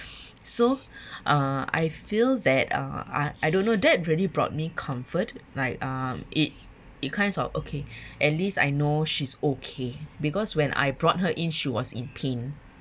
so uh I feel that uh I I don't know that really brought me comfort like um it it kinds of okay at least I know she's okay because when I brought her in she was in pain